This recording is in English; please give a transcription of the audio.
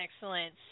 Excellent